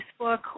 Facebook